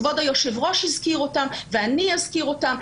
כבוד היושב-ראש הזכיר אותן, ואני אזכיר אותן.